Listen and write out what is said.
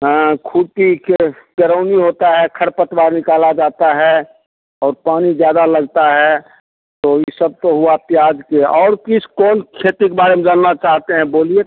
हाँ खुरपी के केरउनी होता है खरपतवार निकाला जाता है और पानी ज्यादा लगता है तो ये सबतो हुआ प्याज के और किस कौन खेती के बारे में जानना चाहते हैं बोलिए